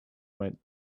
went